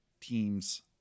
teams